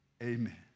amen